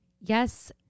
yes